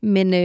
Men